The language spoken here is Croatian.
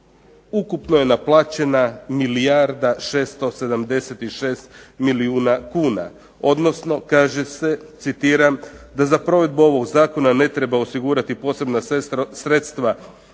ukupno je naplaćena milijarda 767 milijuna kuna." Odnosno kaže se "Da za provedbu ovog zakona ne treba osigurati posebna sredstva